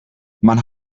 man